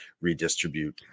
redistribute